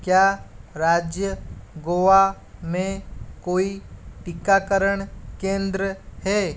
क्या राज्य गोवा में कोई टीकाकरण केंद्र है